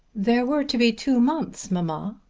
there were to be two months, mamma.